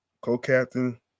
co-captain